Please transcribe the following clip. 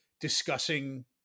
discussing